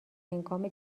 هنگام